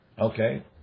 Okay